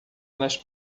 nas